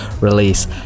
release